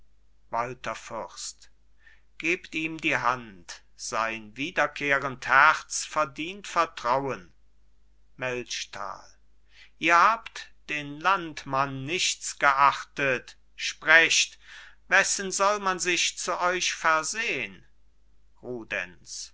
gebt ihm die hand sein wiederkehrend herz verdient vertraun melchtal ihr habt den landmann nichts geachtet sprecht wessen soll man sich zu euch versehn